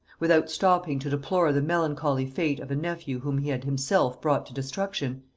without stopping to deplore the melancholy fate of a nephew whom he had himself brought to destruction,